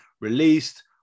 released